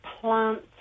Plants